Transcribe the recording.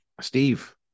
Steve